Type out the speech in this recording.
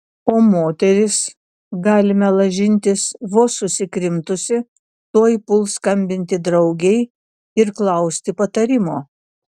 o moteris galime lažintis vos susikrimtusi tuoj puls skambinti draugei ir klausti patarimo